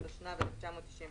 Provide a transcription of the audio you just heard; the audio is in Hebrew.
התשנ"ו-1995.